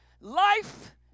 life